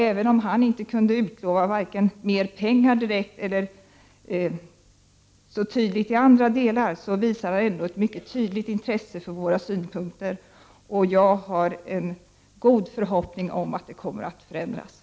Även om han inte kunde utlova mer pengar visade han i alla fall ett tydligt intresse för våra synpunkter och jag har en god förhoppning om att-det kommer att ske förändringar.